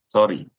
Sorry